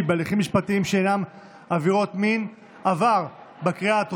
בהליכים משפטיים שעניינם עבירות מין (תיקוני חקיקה),